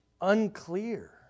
unclear